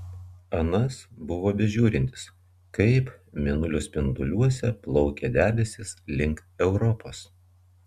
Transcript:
anas buvo bežiūrintis kaip mėnulio spinduliuose plaukia debesys link europos